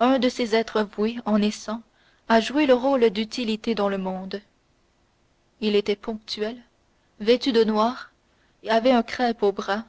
un de ces êtres voués en naissant à jouer le rôle d'utilité dans le monde il était ponctuel vêtu de noir avait un crêpe au bras